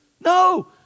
No